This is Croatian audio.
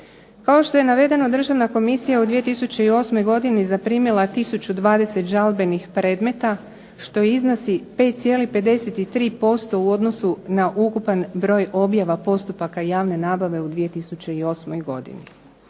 Kao što je navedeno državna komisija je u 2008. godini zaprimila tisuću 20 žalbenih predmeta što iznosi 5,53% u odnosu na ukupan broj objava postupaka javne nabave u 2008. godini.